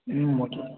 ம் ஓகே